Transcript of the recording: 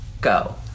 go